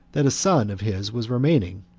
that a son of his was remaining,